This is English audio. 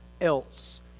else